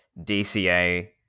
DCA